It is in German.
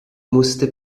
musste